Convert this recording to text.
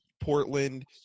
Portland